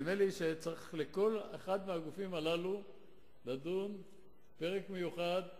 נדמה לי שבכל אחד מהגופים האלה צריך לדון בפרק מיוחד,